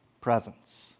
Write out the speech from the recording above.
Presence